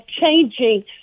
changing